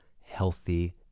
healthy